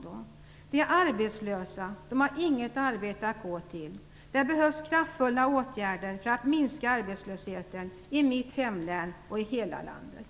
De är arbetslösa och har inget arbete att gå till. Det behövs kraftfulla åtgärder för att minska arbetslösheten i mitt hemlän och i hela landet.